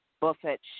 Buffett